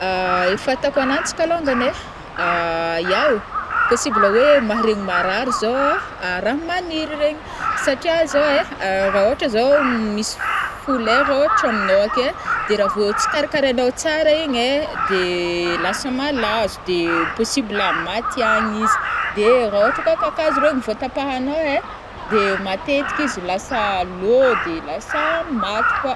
Fahitako agnanjy kalôngany ai, iao possible oe maharegny marary zao a raha maniry iregny satria zao ai raha ôhatra zao misy f olera ôhatra aminô ake e, de ra vo tsy karakarainao tsara igny ai, de lasa malazo de possible maty agny izy, de ra ôhatra koa kakazo regny vo tapahanao ai de matetiky izy lasa lô de lasa maty koa.